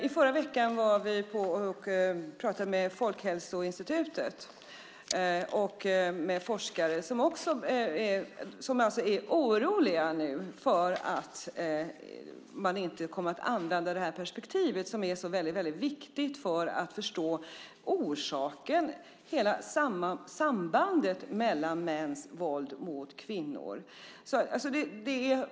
I förra veckan var vi och pratade med forskare på Folkhälsoinstitutet. De är nu oroliga för att man inte kommer att använda det här perspektivet som är så väldigt viktigt för att förstå orsaken, hela sambandet när det gäller mäns våld mot kvinnor.